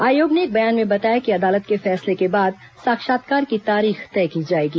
आयोग ने एक बयान में बताया कि अदालत के फैसले के बाद साक्षात्कार की तारीख तय की जाएगी